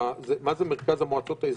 מה זה מרכז המועצות האזוריות?